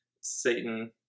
Satan